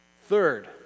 Third